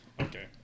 Okay